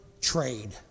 trade